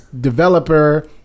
developer